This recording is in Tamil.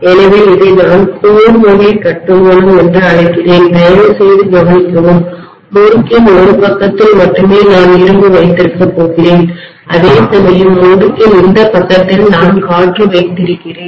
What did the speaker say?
எனவே இதை நான் கோர் வகை கட்டுமானம் என்று அழைக்கிறேன் தயவுசெய்து கவனிக்கவும் முறுக்கின் ஒரு பக்கத்தில் மட்டுமே நான் இரும்பு வைத்திருக்கப் போகிறேன் அதே சமயம் முறுக்கின் இந்தப் பக்கத்தில் நான் காற்று வைத்திருக்கிறேன்